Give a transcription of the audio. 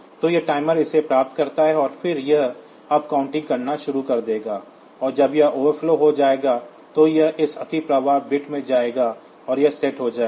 तो यह टाइमर इसे प्राप्त करता है और फिर यह अप काउंटिंग करना शुरू कर देगा और जब यह ओवरफ्लो हो जाएगा तो यह इस अतिप्रवाह बिट में जाएगा और वह सेट हो जाएगा